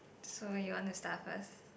so you want to start first